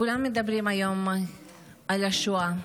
כולם מדברים היום על השואה.